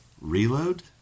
reload